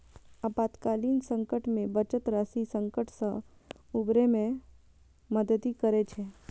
आपातकालीन संकट मे बचत राशि संकट सं उबरै मे मदति करै छै